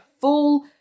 full